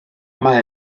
mae